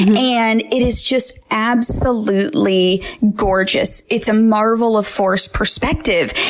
and it is just absolutely gorgeous it's a marvel of forced perspective!